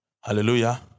Hallelujah